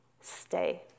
stay